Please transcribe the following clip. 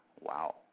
Wow